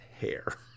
hair